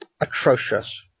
atrocious